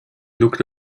looked